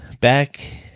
back